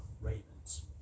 Ravens